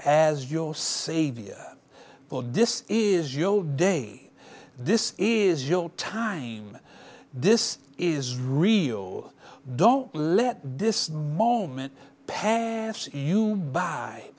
as your savior this is your day this is your time this is real don't let this moment pass you b